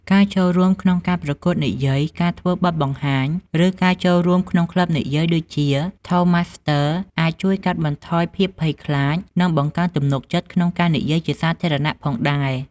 ការចូលរួមក្នុងការប្រកួតនិយាយ ការធ្វើបទបង្ហាញ ឬការចូលរួមក្នុងក្លឹបនិយាយ ដូចជា ថូសម៉ាស្ទ័រ (Toastmasters) អាចជួយកាត់បន្ថយភាពភ័យខ្លាច និងបង្កើនទំនុកចិត្តក្នុងការនិយាយជាសាធារណៈផងដែរ។